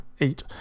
eight